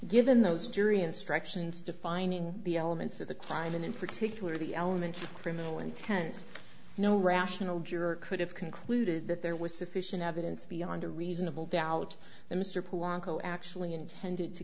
given those jury instructions defining the elements of the crime and in particular the elements of criminal intent no rational juror could have concluded that there was sufficient evidence beyond a reasonable doubt that mr poor uncle actually intended to